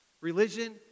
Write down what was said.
religion